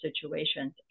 situations